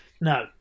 No